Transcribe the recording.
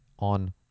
on